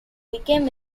became